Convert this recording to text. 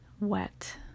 Wet